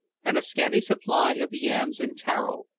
and a scanty supply of yams and taro,